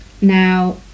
Now